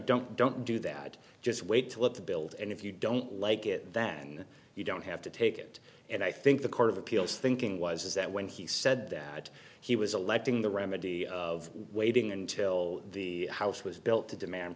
don't don't do that just wait to let the build and if you don't like it then you don't have to take it and i think the court of appeals thinking was that when he said that he was electing the remedy of waiting until the house was built to demand